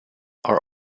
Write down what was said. are